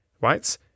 right